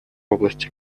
области